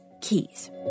keys